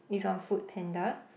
is on Food Panda